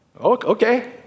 Okay